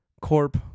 corp